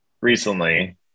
recently